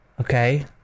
Okay